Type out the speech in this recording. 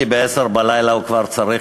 כי ב-22:00 הוא צריך,